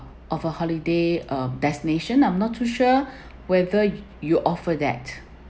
of a holiday uh destination I'm not too sure whether you offer that